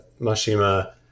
Mashima